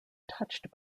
touched